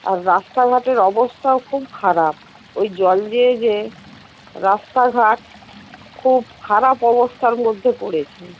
আর রাস্তাঘাটের অবস্থাও খুব খারাপ ওই জল গিয়ে গিয়ে রাস্তাঘাট খুব খারাপ অবস্থার মধ্যে পড়েছে